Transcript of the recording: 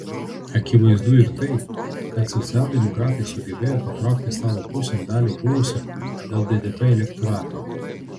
akivaizdu ir tai kad socialdemokratai sugebėjo patraukti savo pusėn dalį buvusio lddp elektorato